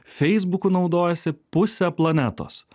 feisbuku naudojasi pusė planetos